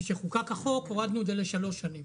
וכשחוקק החוק הורדנו את זה ל-3 שנים,